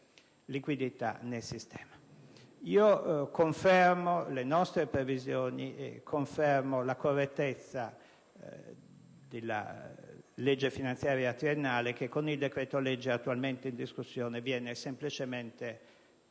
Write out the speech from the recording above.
Confermo le nostre previsioni e la correttezza della legge finanziaria triennale che, con il decreto-legge attualmente in discussione, viene semplicemente aggiornata,